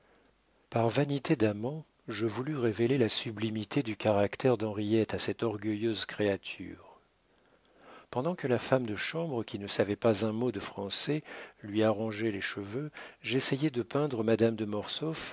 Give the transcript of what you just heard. par vanité d'amant je voulus révéler la sublimité du caractère d'henriette à cette orgueilleuse créature pendant que la femme de chambre qui ne savait pas un mot de français lui arrangeait les cheveux j'essayai de peindre madame de